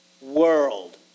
world